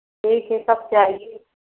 ठीक है सब चाहिए